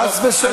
חס ושלום.